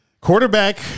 Quarterback